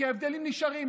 כי ההבדלים נשארים,